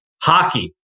Hockey